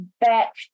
back